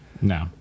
No